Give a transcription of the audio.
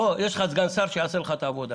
בוא, יש לך סגן שר שיעשה לך את העבודה.